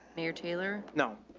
mayor taylor. no.